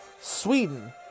Sweden